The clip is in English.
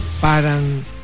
parang